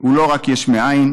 הוא לא יש מאין,